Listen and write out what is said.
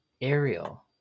Ariel